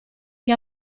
che